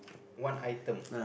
one item